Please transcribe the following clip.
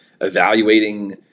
evaluating